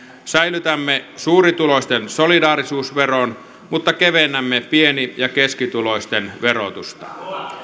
säilytämme suurituloisten solidaarisuusveron mutta kevennämme pieni ja keskituloisten verotusta